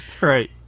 Right